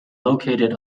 located